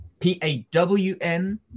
P-A-W-N